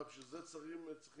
מה, בשביל זה צריכים להיות